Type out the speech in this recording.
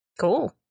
Cool